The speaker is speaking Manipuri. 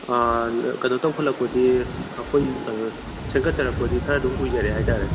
ꯑꯥ ꯀꯩꯅꯣ ꯇꯧꯈꯠꯂꯛꯄꯗꯤ ꯑꯩꯈꯣꯏ ꯀꯩꯅꯣ ꯁꯦꯝꯀꯠꯆꯔꯛꯄꯗꯤ ꯈꯔ ꯑꯗꯨꯝ ꯀꯨꯏꯖꯔꯦ ꯍꯥꯏꯇꯔꯦ